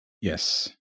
Yes